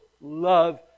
love